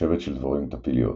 שבט של דבורים טפיליות.